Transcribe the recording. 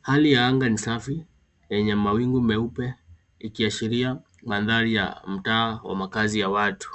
Hali ya anga ni safi, yenye mawingu meupe ikiashiria mandhari ya mtaa wa makazi ya watu.